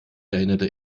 erinnerte